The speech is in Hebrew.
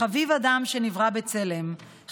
"חביב אדם שנברא בצלם,